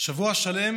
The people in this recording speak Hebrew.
שבוע שלם